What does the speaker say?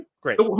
Great